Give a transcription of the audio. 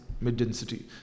mid-density